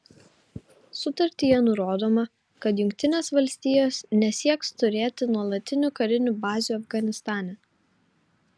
sutartyje nurodoma kad jungtinės valstijos nesieks turėti nuolatinių karinių bazių afganistane